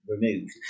removed